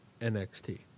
NXT